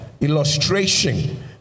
illustration